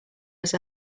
was